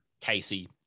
Casey